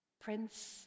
Prince